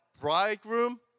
bridegroom